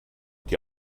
die